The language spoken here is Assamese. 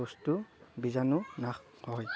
বস্তু বীজাণু নাশ হয়